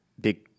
big